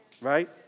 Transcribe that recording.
right